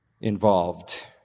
involved